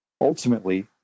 Ultimately